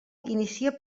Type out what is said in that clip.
inicia